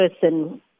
person